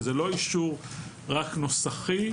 שזה לא אישור רק נוסחי,